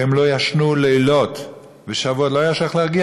והם לא ישנו לילות, ושבועות, לא היה אפשר להרגיע.